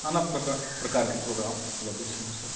नाना प्रकार प्रकारके प्रोग्राम लबै छी हमसब